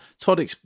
Todd